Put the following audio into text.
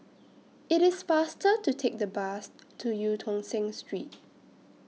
IT IS faster to Take The Bus to EU Tong Sen Street